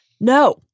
No